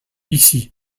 ici